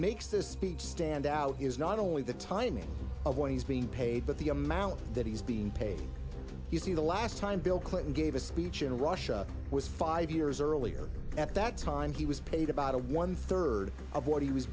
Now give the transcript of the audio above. makes this speech stand out is not only the timing of what he's being paid but the amount that he's being paid you see the last time bill clinton gave a speech in russia was five years earlier at that time he was paid about one third of what he was